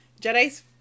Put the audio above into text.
Jedi's